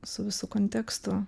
su visu kontekstu